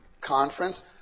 conference